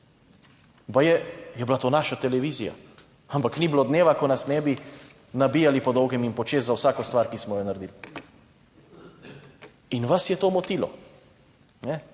Baje je bila to naša televizija, ampak ni bilo dneva, ko nas ne bi nabijali po dolgem in po čez za vsako stvar, ki smo jo naredili. In vas je to motilo,